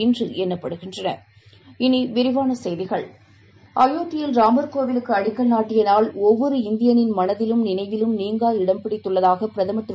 இன்றுஎண்ணப்படும் அயோத்தியில் ராமர் கோவிலுக்குஅடிக்கல் நாட்டியநாள் ஒவ்வொரு இந்தியனின் மனதிலும் நினைவிலும் நீங்கா இடம் பிடித்துள்ளதாகபிரதமர் திரு